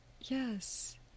Yes